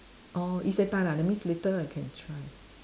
orh Isetan ah that means later I can try